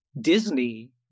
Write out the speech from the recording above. disney